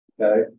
okay